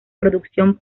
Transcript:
producción